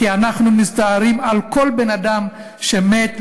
כי אנחנו מצטערים על כל אדם שמת,